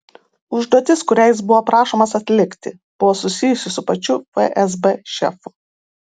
užduotis kurią jis buvo prašomas atlikti buvo susijusi su pačiu fsb šefu